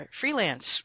freelance